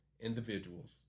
individuals